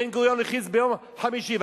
בן-גוריון הכריז ביום חמישי,